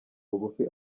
bugufi